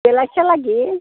बेलासिहा लागै